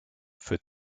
für